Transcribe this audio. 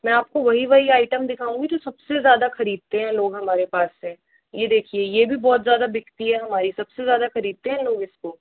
मैं आपको वही वही आइटम दिखाउंगी जो सबसे ज़्यादा खरीदते हैं लोग हमारे पास से यह देखिये यह भी बहुत ज़्यादा बिकती है हमारी सबसे ज़्यादा खरीदते हैं लोग इसको